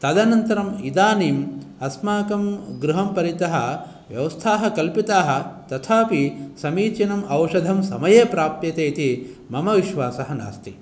तदनन्तरम् इदानीम् अस्माकं गृहं परितः व्यावस्थाः कल्पिताः तथा अपि समीचीनम् औषधं समये प्राप्यते इति मम विश्वासः नास्ति